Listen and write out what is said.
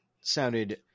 sounded